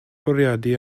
bwriadu